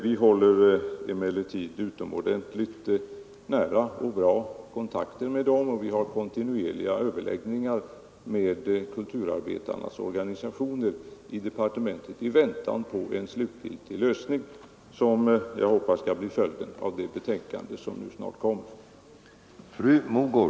Vi håller emellertid utomordentligt nära och bra kontakt med dem och har kontinuerliga överläggningar med kulturarbetarnas orga nisationer i departementet i väntan på den slutgiltiga lösning, som jag hoppas skall bli följden av det betänkande som nu snart kommer.